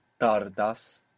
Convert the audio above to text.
tardas